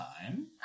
Time